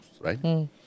right